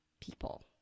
people